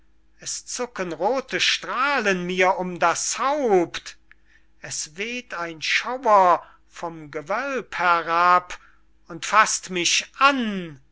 es zucken rothe strahlen mir um das haupt es weht ein schauer vom gewölb herab und faßt mich an